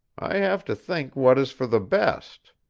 i have to think what is for the best.